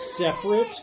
separate